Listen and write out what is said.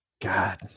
god